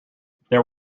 there